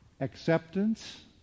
Acceptance